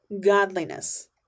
godliness